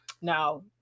Now